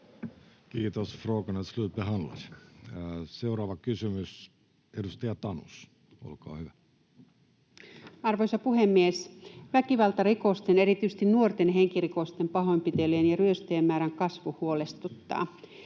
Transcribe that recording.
(Sari Tanus kd) Time: 16:58 Content: Arvoisa puhemies! Väkivaltarikosten, erityisesti nuorten henkirikosten, pahoinpitelyjen ja ryöstöjen, määrän kasvu huolestuttaa.